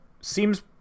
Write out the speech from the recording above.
Seems